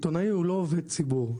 עיתונאי הוא לא עובד ציבור,